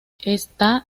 está